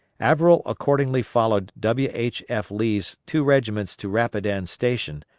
averell accordingly followed w. h. f. lee's two regiments to rapidan station,